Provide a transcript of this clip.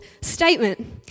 statement